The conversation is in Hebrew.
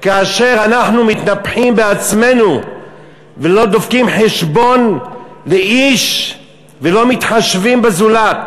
כאשר אנחנו מתנפחים בעצמנו ולא דופקים חשבון לאיש ולא מתחשבים בזולת?